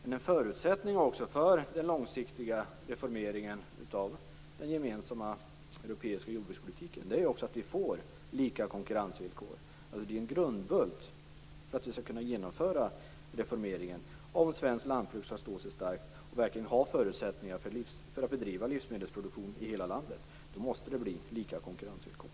En förutsättning för den långsiktiga reformeringen av den gemensamma europeiska jordbrukspolitiken är ju att vi får lika konkurrensvillkor. Det är en grundbult för att vi skall kunna genomföra reformeringen. För att svenskt lantbruk skall kunna stå starkt och verkligen ha förutsättningar att bedriva livsmedelsproduktion i hela landet måste det bli lika konkurrensvillkor.